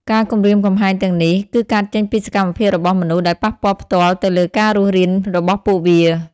ការគំរាមកំហែងទាំងនេះ គឺកើតចេញពីសកម្មភាពរបស់មនុស្ស ដែលប៉ះពាល់ផ្ទាល់ទៅលើការរស់រានរបស់ពួកវា។